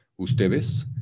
ustedes